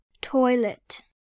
Toilet